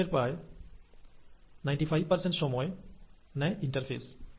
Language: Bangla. কোষচক্রের প্রায় 95 সময় নেয় ইন্টারফেস